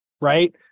right